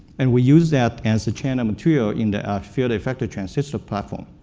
and we use that as the channel material in the field-effective transistor platform.